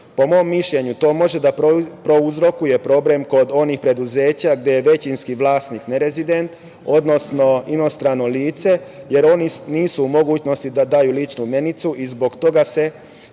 Po mom mišljenju to može da prouzrokuje problem kod onih preduzeća gde je većinski vlasnik nerezident, odnosno inostrano lice, jer oni nisu u mogućnosti da daju ličnu menicu i zbog toga se